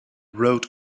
wrote